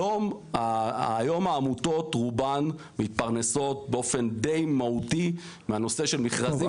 היום העמותות רובן מתפרנסות באופן די מהותי מהנושא של מכרזים.